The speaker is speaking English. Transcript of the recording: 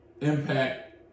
Impact